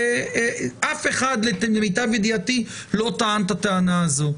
אף אחד, למיטב ידיעתי, לא טען את הטענה הזו.